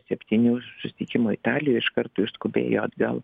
septynių susitikimų italijoj iš karto išskubėjo atgal